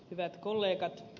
hyvät kollegat